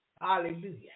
hallelujah